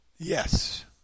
Yes